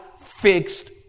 fixed